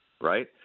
right